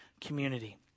community